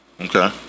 Okay